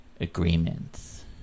agreements